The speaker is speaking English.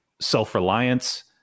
self-reliance